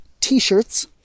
t-shirts